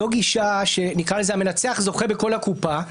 זו גישה שהמנצח זוכה בכל הקופה.